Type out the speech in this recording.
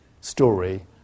story